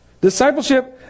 Discipleship